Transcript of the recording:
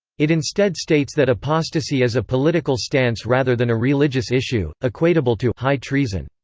it instead states that apostasy is a political stance rather than a religious issue, equatable to high treason.